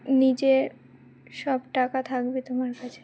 নিজের সব টাকা থাকবে তোমার কাছে